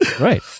Right